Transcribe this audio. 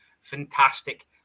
fantastic